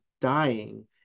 dying